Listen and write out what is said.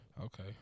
Okay